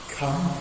come